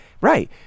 right